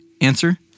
answer